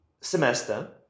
semester